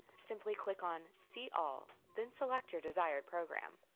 simply click on see all then select your desired program